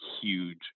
huge